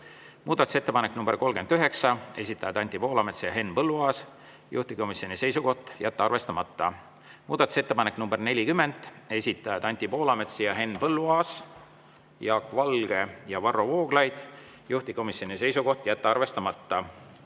Muudatusettepanek nr 39, esitajad Anti Poolamets ja Henn Põlluaas, juhtivkomisjoni seisukoht on jätta arvestamata. Muudatusettepanek nr 40, esitajad Anti Poolamets, Henn Põlluaas, Jaak Valge ja Varro Vooglaid, juhtivkomisjoni seisukoht on jätta arvestamata.